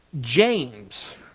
James